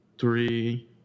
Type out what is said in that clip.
three